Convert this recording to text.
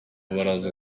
baraza